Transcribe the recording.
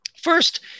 First